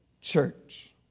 church